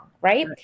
Right